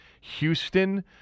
Houston